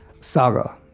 saga